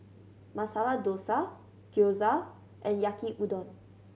Masala Dosa Gyoza and Yaki Udon